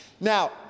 Now